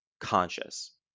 conscious